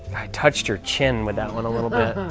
i touched your chin with that one a little bit.